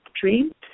dream